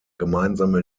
gemeinsame